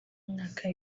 mwaka